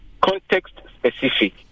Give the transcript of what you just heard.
context-specific